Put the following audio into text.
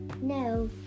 No